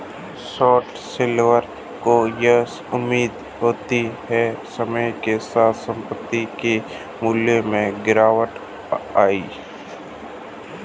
short seller को यह उम्मीद होती है समय के साथ संपत्ति के मूल्य में गिरावट आएगी